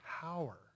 power